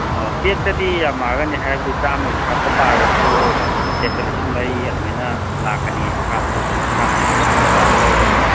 ꯕꯦꯛꯇꯗꯤ ꯌꯥꯃꯛꯑꯒꯅꯤ ꯍꯥꯏꯕꯗꯤ ꯆꯥꯝꯃꯒꯤ ꯍꯤꯁꯥꯞꯇ ꯄꯥꯔꯒꯁꯨ ꯕꯦꯛꯇ ꯂꯤꯁꯤꯡ ꯃꯔꯤ ꯑꯗꯨꯃꯥꯏꯅ ꯂꯥꯛꯀꯅꯤꯌꯦ ꯇ꯭ꯔꯥꯟꯏꯁꯄꯣꯔꯠ ꯇ꯭ꯔꯥꯟꯏꯁꯄꯣꯔꯇꯦꯁꯟꯒꯤ ꯆꯥꯔꯖ ꯌꯥꯎꯗꯕꯤꯗ